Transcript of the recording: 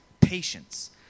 patience